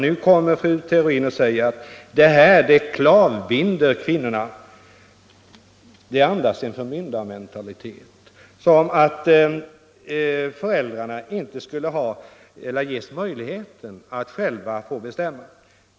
Nu säger fru Theorin att det här klavbinder kvinnorna; det andas en förmyndarmentalitet att föräldrarna inte skulle ges möjligheter att själva bestämma.